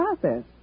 process